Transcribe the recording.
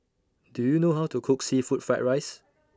Do YOU know How to Cook Seafood Fried Rice